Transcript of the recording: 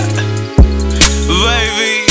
Baby